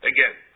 Again